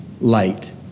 light